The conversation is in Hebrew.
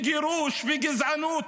גירוש וגזענות,